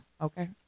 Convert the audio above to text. okay